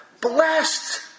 blessed